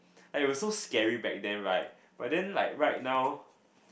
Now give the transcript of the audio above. and it was so scary back then right but then like right now